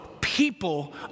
people